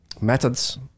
methods